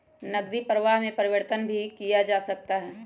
नकदी प्रवाह में परिवर्तन भी किया जा सकता है